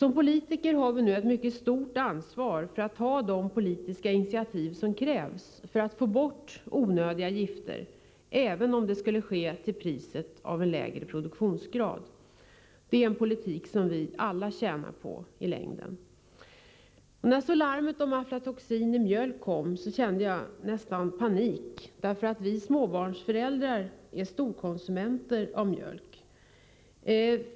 Vi politiker har nu ett mycket stort ansvar när det gäller att ta de politiska initiativ som krävs för att få bort onödiga gifter, även om det skulle ske till priset av en lägre produktionsgrad. Det är en politik som alla i längden tjänar på. När larmet om förekomsten av aflatoxin i mjölk kom kände jag nästan panik. Vi småbarnsföräldrar är ju storkonsumenter av mjölk.